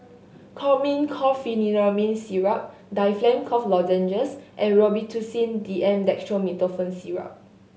Chlormine Chlorpheniramine Syrup Difflam Cough Lozenges and Robitussin D M Dextromethorphan Syrup